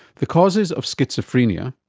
the causes of schizophrenia,